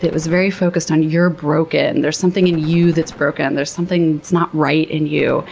that was very focused on, you're broken. there's something in you that's broken, there's something not right in you.